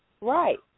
Right